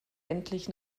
endlich